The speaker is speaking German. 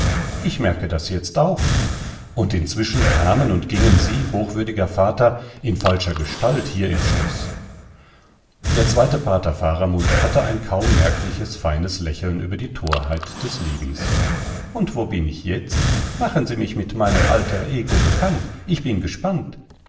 ich merke das jetzt auch und inzwischen kamen und gingen sie hochwürdiger vater in falscher gestalt hier im schloß der zweite pater faramund hatte ein kaum merkliches feines lächeln über die torheit des lebens und wo bin ich jetzt machen sie mich mit meinem alter ego bekannt ich bin gespannt